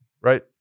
Right